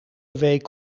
week